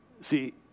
See